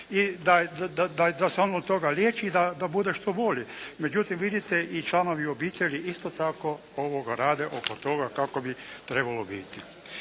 i da se on toga liječi i da bude što bolji. Međutim, vidite i članovi obitelji isto tako rade oko toga kako bi trebalo biti.